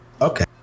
Okay